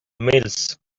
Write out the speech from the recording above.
mills